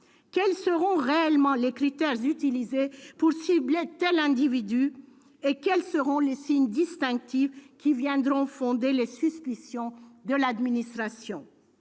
Quels seront réellement les critères utilisés pour cibler tel individu et quels seront les signes distinctifs qui viendront fonder les suspicions de l'administration ?